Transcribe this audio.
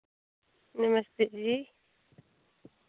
नमस्ते जी